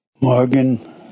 Morgan